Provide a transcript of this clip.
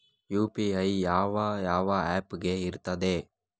UPI ಯಾವ ಯಾವ app ಗೆ ಇರ್ತದೆ?